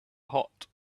hot